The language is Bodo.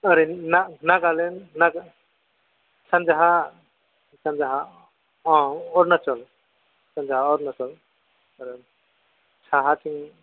ओरै नागालेण्ड सानजाहा सानजाहा औ अरुनाचल सानजाहा अरुनाचल आरो साहाथिं